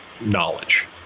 knowledge